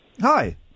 Hi